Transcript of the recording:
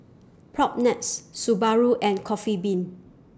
Propnex Subaru and Coffee Bean